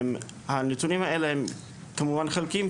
הנתונים האלה כמובן חלקיים,